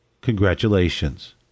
Congratulations